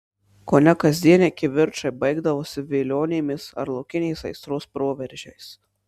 kone kasdieniai kivirčai baigdavosi vilionėmis arba laukinės aistros proveržiais